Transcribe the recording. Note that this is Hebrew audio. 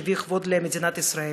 שהביא כבוד למדינת ישראל?